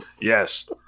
yes